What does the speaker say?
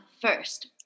first